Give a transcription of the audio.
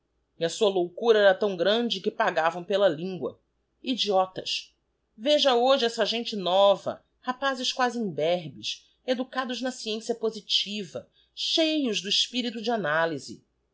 e a sua loucura era tão grande que pagavam pela lingua idiotas veja hoje essa gente nova rapazes quasi imberbes educados na sciencia positiva cheios do espirito de analyse